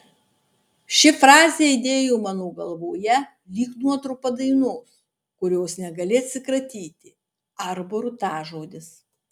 ši frazė aidėjo mano galvoje lyg nuotrupa dainos kurios negali atsikratyti ar burtažodis